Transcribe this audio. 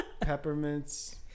peppermints